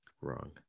Wrong